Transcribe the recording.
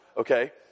okay